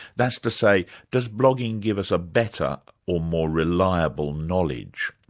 that's to say, does blogging give us a better or more reliable knowledge?